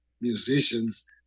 musicians